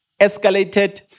escalated